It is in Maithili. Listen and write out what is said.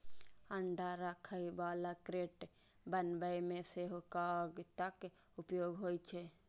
अंडा राखै बला क्रेट बनबै मे सेहो कागतक उपयोग होइ छै